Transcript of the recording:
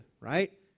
right